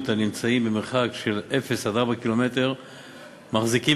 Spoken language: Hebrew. הנמצאים במרחק של עד 4 קילומטרים מהגבול,